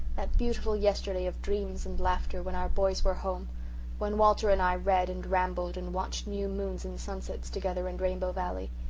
that beautiful yesterday of dreams and laughter when our boys were home when walter and i read and rambled and watched new moons and sunsets together in rainbow valley.